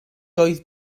oedd